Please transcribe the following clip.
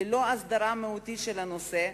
ללא הסדרה מהותית של הנושא,